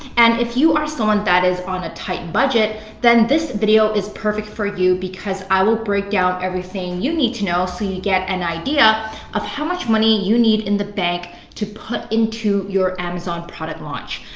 and if you are someone that is on a tight budget then this video is perfect for you because i will break down everything you need to know so you get an idea of how much money you need in the bank to put into your amazon product launch.